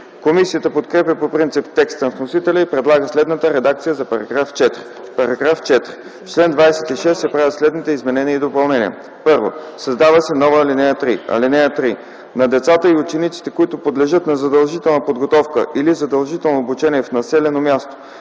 Комисията подкрепя по принцип текста на вносителя и предлага следната редакция за § 4: „§ 4. В чл. 26 се правят следните изменения и допълнения: 1. Създава се нова ал. 3: „(3) На децата и учениците, които подлежат на задължителна подготовка или задължително обучение в населено място,